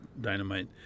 dynamite